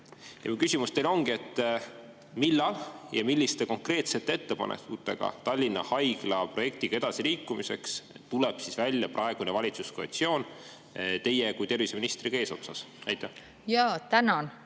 küsimus teile ongi, et millal ja milliste konkreetsete ettepanekutega Tallinna Haigla projektiga edasiliikumiseks tuleb välja praegune valitsuskoalitsioon teie kui terviseministriga eesotsas. Tänan